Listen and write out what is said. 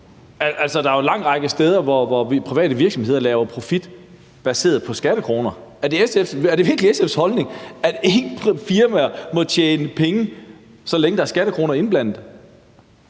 der er jo en lang række steder, hvor private virksomheder laver profit baseret på skattekroner. Er det virkelig SF's holdning, at ingen firmaer må tjene penge, så længe der er skattekroner indblandet?